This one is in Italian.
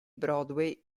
broadway